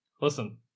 listen